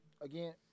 again